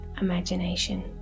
imagination